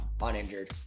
Uninjured